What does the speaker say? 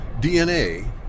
DNA